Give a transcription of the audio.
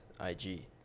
IG